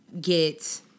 get